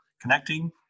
connecting